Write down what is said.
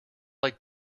like